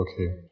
okay